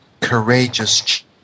courageous